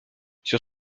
sur